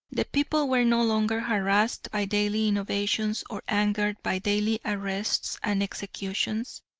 the people were no longer harassed by daily innovations or angered by daily arrests and executions,